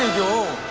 go